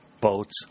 Boats